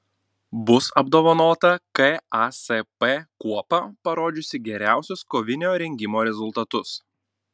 bus apdovanota kasp kuopa parodžiusi geriausius kovinio rengimo rezultatus